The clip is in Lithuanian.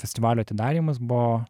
festivalio atidarymas buvo